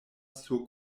sur